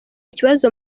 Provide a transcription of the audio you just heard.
ikibazo